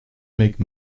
make